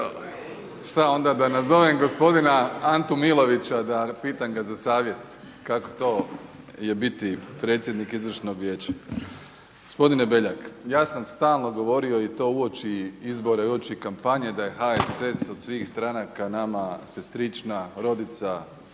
šta onda da nazovem gospodina Antu Milovića da pitam ga za savjet kako to je biti predsjednik izvršnog vijeća. Gospodine Beljak, ja sam stalno govorio i to uoči izbora i uoči kampanje da je HSS od svih stranaka nama sestrična, rodica,